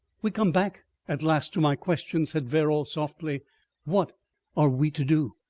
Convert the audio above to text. we come back at last to my question, said verrall, softly what are we to do?